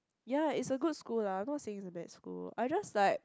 ya is a good school lah I'm not saying is a bad school I'm just like